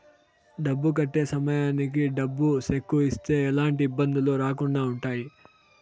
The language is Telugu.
డబ్బు కట్టే సమయానికి డబ్బు సెక్కు ఇస్తే ఎలాంటి ఇబ్బందులు రాకుండా ఉంటాయి